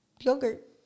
yogurt